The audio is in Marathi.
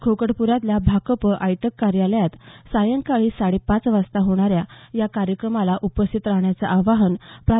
खोकडप्र्यातल्या भाकप आयटक कार्यालयात सायंकाळी साडे पाच वाजता होणाऱ्या या कार्यक्रमाला उपस्थित राहण्याचं आवाहन प्रा